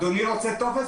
אדוני רוצה טופס.